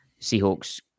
seahawks